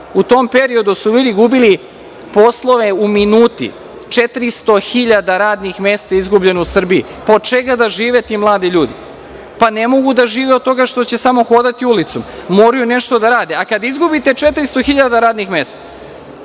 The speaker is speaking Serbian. U tom periodu su ljudi gubili poslove u minuti, 400.000 radnih mesta je izgubljeno u Srbiji. Pa, od čega da žive ti mladi ljudi? Ne mogu da žive od toga što će samo hodati ulicom. Moraju nešto da rade, a kada izgubite 400.000 radnih mesta,